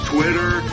Twitter